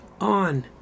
on